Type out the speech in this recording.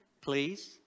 Please